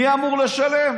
מי אמור לשלם?